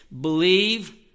Believe